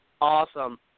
awesome